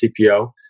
CPO